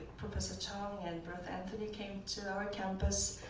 professor chung and brother anthony came to our campus,